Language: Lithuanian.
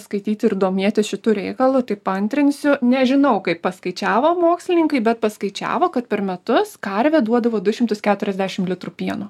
skaityti ir domėtis šitu reikalu tai paantrinsiu nežinau kaip paskaičiavo mokslininkai bet paskaičiavo kad per metus karvė duodavo du šimtus keturiasdešim litrų pieno